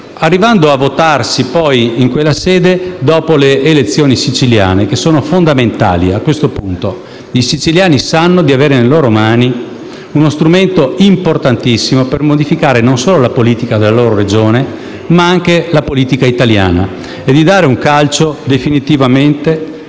arrivando a doverlo votare in quella sede dopo le elezioni siciliane, che sono fondamentali. A questo punto, i siciliani sanno di avere nelle loro mani uno strumento importantissimo per modificare non solo la politica della loro Regione ma anche la politica italiana e di dare un calcio, definitivamente,